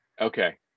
Okay